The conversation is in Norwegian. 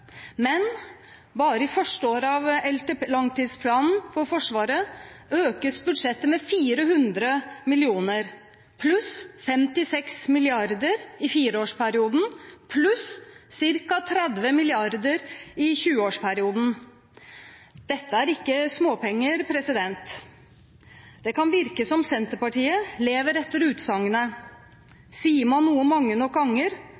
men bare i første året av langtidsplanen for Forsvaret økes budsjettet med 400 mill. kr, pluss 5–6 mrd. kr i fireårsperioden, pluss ca. 30 mrd. kr i 20-årsperioden. Dette er ikke småpenger. Det kan virke som Senterpartiet lever etter utsagnet om at sier man noe mange nok ganger,